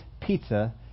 pizza